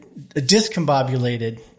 discombobulated